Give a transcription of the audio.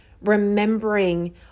remembering